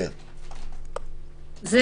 זה